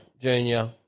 Junior